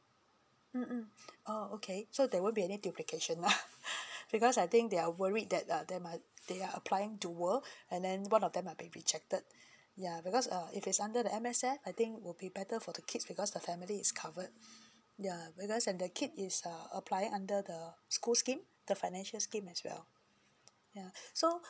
mm mm ah okay so there won't be any duplication lah because I think they are worried that uh they might they are applying dual and then one of them are being rejected ya because uh if it's under the M_S_F I think will be better for the kids because the family is covered yeah because and the kid is uh applying under the school scheme the financial scheme as well yeah so